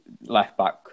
left-back